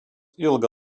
ilgą